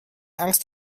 angst